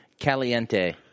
caliente